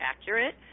accurate